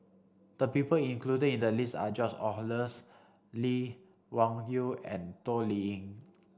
the people included in the list are George Oehlers Lee Wung Yew and Toh Liying